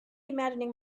imagining